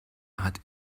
hat